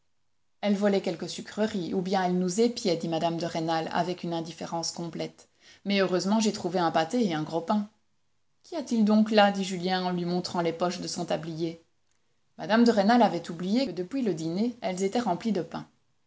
elle volait quelques sucreries ou bien elle nous épiait dit mme de rênal avec une indifférence complète mais heureusement j'ai trouvé un pâté et un gros pain qu'y a-t-il donc là dit julien en lui montrant les poches de son tablier mme de rênal avait oublié que depuis le dîner elles étaient remplies de pain